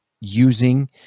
using